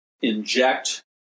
inject